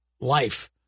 Life